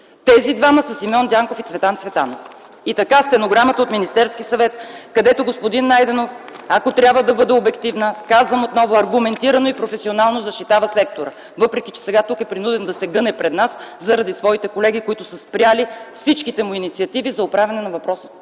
Тези двама са Симеон Дянков и Цветан Цветанов. И така ето, стенограмата от Министерския съвет, където господин Найденов, ако трябва да бъда обективна, казвам отново – аргументирано и професионално защитава сектора, въпреки че сега тук е принуден да се гъне пред нас заради своите колеги, които са спрели всичките му инициативи за оправяне на въпроса